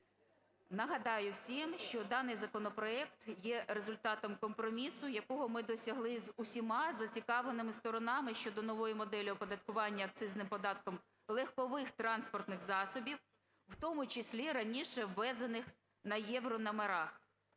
Нагадаю всім, що даний законопроект є результатом компромісу, якого ми досягли з усіма зацікавленими сторонами, щодо нової моделі оподаткування акцизним податком легкових транспортних засобів, в тому числі раніше ввезених на єврономерах.